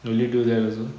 will you do that also